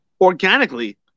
organically